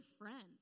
friend